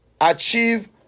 achieve